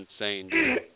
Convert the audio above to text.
insane